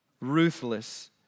ruthless